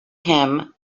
him